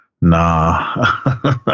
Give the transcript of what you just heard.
Nah